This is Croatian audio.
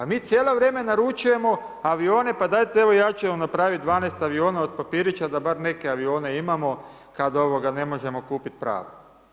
Pa mi cijelo vrijeme naručujemo avione, pa dajte evo ja ću vam napraviti 12 aviona od papirića da bar neke avione imamo, kad ne možemo kupiti prave.